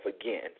again